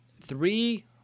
three